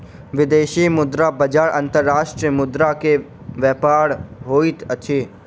विदेशी मुद्रा बजार अंतर्राष्ट्रीय मुद्रा के व्यापार होइत अछि